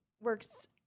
works